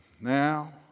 Now